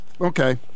Okay